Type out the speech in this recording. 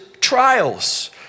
trials